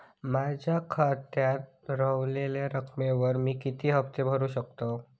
माझ्या खात्यात रव्हलेल्या रकमेवर मी किती हफ्ते भरू शकतय?